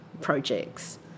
projects